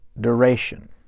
duration